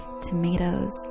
tomatoes